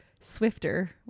Swifter